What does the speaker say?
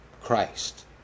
Christ